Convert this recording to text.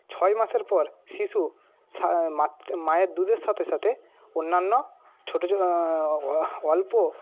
ছয় মাসের পর শিশু স মায়ের দুধের সাথে সাথে অন্যান্য ছোট ছো অল্প